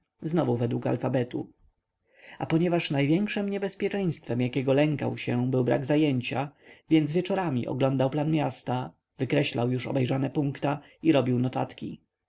znowu według alfabetu a ponieważ największem niebezpieczeństwem jakiego lękał się był brak zajęcia więc wieczorami oglądał plan miasta wykreślał już obejrzane punkta i robił notatki